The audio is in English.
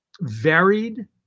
varied